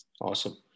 Awesome